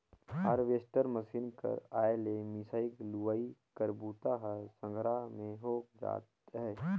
harvester machine कर आए ले मिंसई, लुवई कर बूता ह संघरा में हो जात अहे